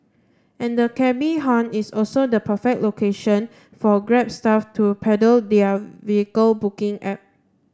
and the cabby haunt is also the perfect location for Grab staff to peddle their vehicle booking app